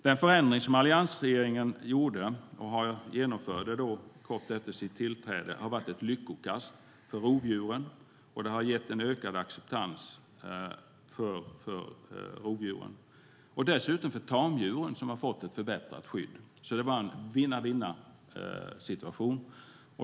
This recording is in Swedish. Den förändring som alliansregeringen genomförde kort efter sitt tillträde har varit ett lyckokast för rovdjuren. Det har gett en ökad acceptans för rovdjuren; dessutom har tamdjuren fått ett förbättrat skydd. Det var alltså en vinna-vinna-situation.